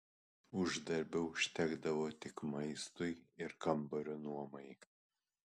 uždarbio užtekdavo tik maistui ir kambario nuomai